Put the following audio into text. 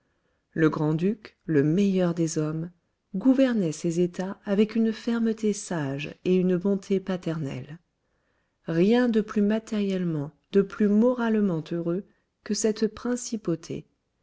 le grand-duc le meilleur des hommes gouvernait ses états avec une fermeté sage et une bonté paternelle rien de plus matériellement de plus moralement heureux que cette principauté